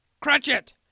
Cratchit